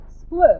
split